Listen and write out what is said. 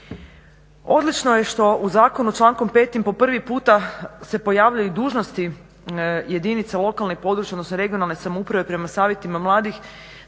Odlično je što u zakonu člankom 5. po prvi puta se pojavljuju i dužnosti jedinica lokalne i područne odnosno regionalne samouprave prema savjetima mladih